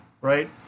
right